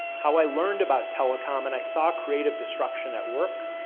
how i learned about telecom and i saw creative destruction at work.